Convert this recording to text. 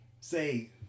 say